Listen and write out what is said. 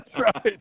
right